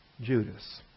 Judas